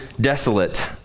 desolate